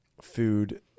food